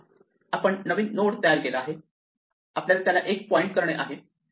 आपण नवीन नोड तयार केला आहे आपल्याला त्याला 1 पॉईंट करणे आहे